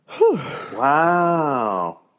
Wow